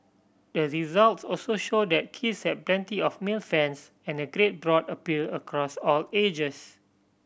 the results also show that Kiss have plenty of male fans and a great broad appeal across all ages